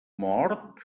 mort